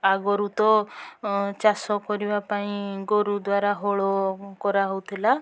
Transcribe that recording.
ଆଗରୁ ତ ଚାଷ କରିବାପାଇଁ ଗୋରୁ ଦ୍ୱାରା ହଳ କରା ହେଉଥିଲା